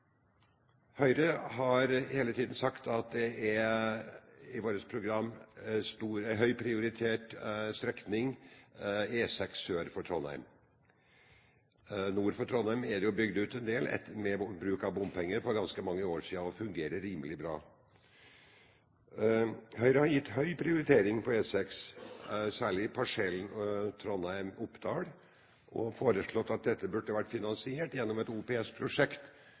Høyre har hele tiden sagt i sitt program at E6 sør for Trondheim er en høyt prioritert strekning. Nord for Trondheim er det bygd ut en del med bruk av bompenger for ganske mange år siden, og det fungerer rimelig bra. Høyre har gitt høy prioritering til E6, særlig parsellen Trondheim–Oppdal, og har foreslått at dette burde ha vært finansiert gjennom et